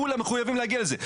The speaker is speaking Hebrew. כולם מחויבים להגיע לזה.